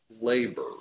labor